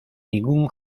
ningún